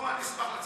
לא, אני אשמח לצאת.